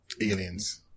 Aliens